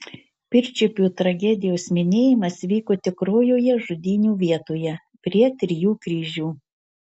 pirčiupių tragedijos minėjimas vyko tikrojoje žudynių vietoje prie trijų kryžių